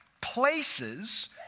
places